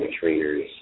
trainers